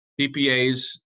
PPAs